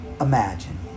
imagine